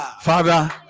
Father